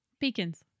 Pecans